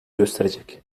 gösterecek